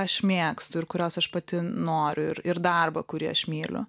aš mėgstu ir kurios aš pati noriu ir ir darbą kurį aš myliu